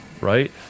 right